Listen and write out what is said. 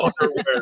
underwear